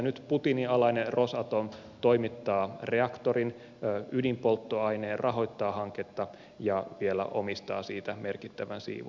nyt putinin alainen rosatom toimittaa reaktorin ydinpolttoaineen rahoittaa hanketta ja vielä omistaa siitä merkittävän siivun